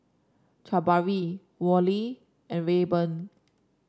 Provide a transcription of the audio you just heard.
Jabari Worley and Rayburn